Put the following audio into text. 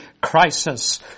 crisis